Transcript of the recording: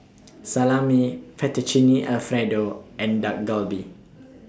Salami Fettuccine Alfredo and Dak Galbi